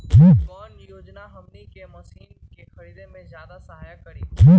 कौन योजना हमनी के मशीन के खरीद में ज्यादा सहायता करी?